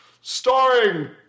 Starring